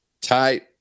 tight